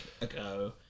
ago